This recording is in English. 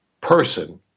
person